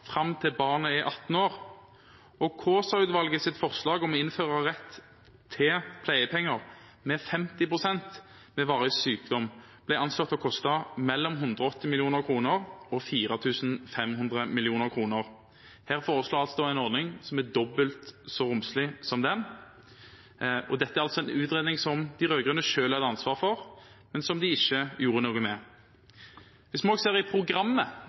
fram til barnet er 18 år, og Kaasa-utvalgets forslag om å innføre rett til pleiepenger med 50 pst. ved varig sykdom, er anslått til å koste mellom 180 mill. kr og 4 500 mill. kr. Det foreslås altså en ordning som er dobbelt så romslig som den, og dette er en utredning som de rød-grønne selv hadde ansvaret for, men som de ikke gjorde noe med. Hvis man ser i programmet